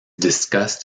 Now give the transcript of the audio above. discussed